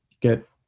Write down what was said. get